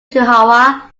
chihuahua